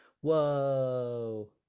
Whoa